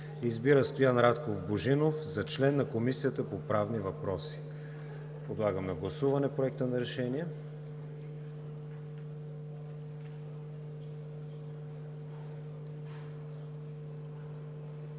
Избира Стоян Радков Божинов за член на Комисията по правни въпроси.“ Подлагам на гласуване Проекта на решение.